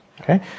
okay